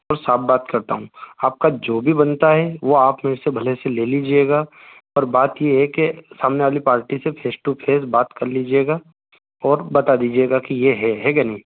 तो साफ़ बात करता हूँ आपका जो भी बनता है वो आप मेरे से भले से ले लीजिएगा पर बात यह है कि सामने वाली पार्टी से फेस टू फेस बात कर लीजिएगा और बता दीजिएगा की यह है है कि नहीं